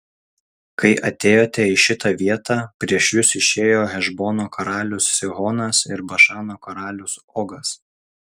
kai atėjote į šitą vietą prieš jus išėjo hešbono karalius sihonas ir bašano karalius ogas